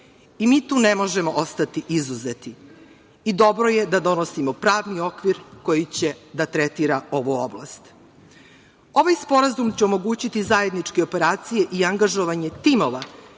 Mi tu ne možemo ostati izuzeti. Dobro je da donosimo pravni okvir koji će da tretira ovu oblast. Ovaj sporazum će omogućiti zajedničke operacije i angažovanje timova